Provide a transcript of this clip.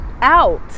out